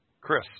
Chris